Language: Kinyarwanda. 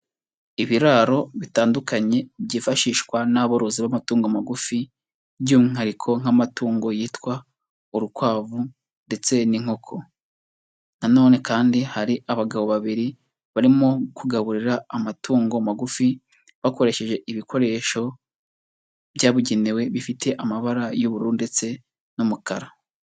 Ibiraro bitandukanye byifashishwa n'aborozi b'amatungo magufi by'umwihariko nk'amatungo yitwa urukwavu ndetse n'inkoko, na none kandi hari abagabo babiri barimo kugaburira amatungo magufi bakoresheje ibikoresho byabugenewe, bifite amabara y'uburu ndetse n'umukara.